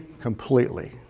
completely